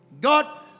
God